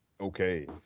okay